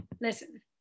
listen